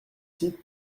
ici